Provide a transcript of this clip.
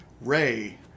Ray